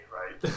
right